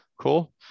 cool